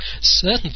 Certain